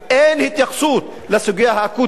אין התייחסות לסוגיה האקוטית,